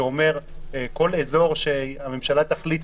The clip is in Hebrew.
שאומר שכל אזור שהממשלה תחליט,